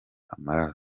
amaraso